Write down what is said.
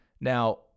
Now